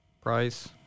price